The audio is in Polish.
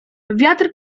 wiatr